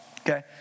Okay